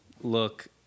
look